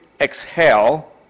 exhale